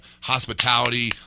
hospitality